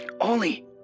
Ollie